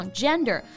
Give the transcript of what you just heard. gender